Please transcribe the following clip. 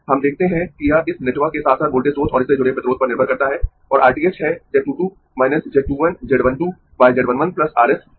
हम देखते है कि यह इस नेटवर्क के साथ साथ वोल्टेज स्रोत और इससे जुड़े प्रतिरोध पर निर्भर करता है और R t h है Z 2 2 Z 2 1 Z 1 2 Z 1 1 R s